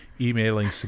Emailing